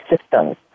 systems